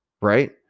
right